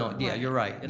yeah, you're right. yeah